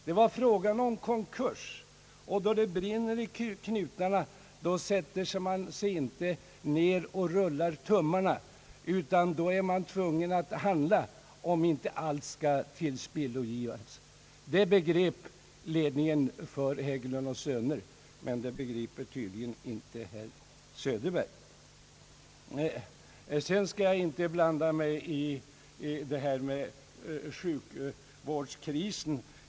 Det var fråga om konkurs, och då det brinner i knutarna sätter man sig inte ned och rullar tummarna, utan då är man tvungen att handla om inte allt skall tillspillogivas. Detta begrep ledningen för Hägglund & söner, men det begriper tydligen inte herr Söderberg. Jag skall inte blanda mig i diskussionen om sjukvårdskrisen.